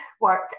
work